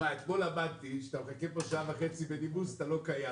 אתמול למדתי שכאשר אתה מחכה פה שעה וחצי בנימוס אתה לא קיים.